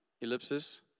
ellipsis